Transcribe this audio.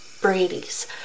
Bradys